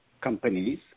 companies